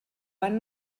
van